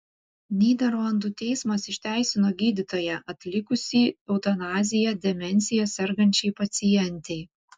nyderlandų teismas išteisino gydytoją atlikusį eutanaziją demencija sergančiai pacientei